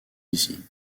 ici